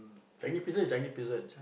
Changi Prison is Changi Prison